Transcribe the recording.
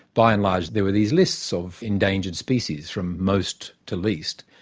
by and large there were these lists of endangered species from most to least,